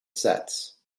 sets